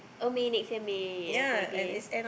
oh May next year May okay K